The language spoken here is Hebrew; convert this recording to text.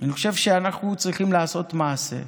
אני חושב שאנחנו צריכים לעשות מעשה.